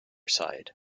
side